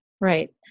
Right